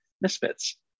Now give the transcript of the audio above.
misfits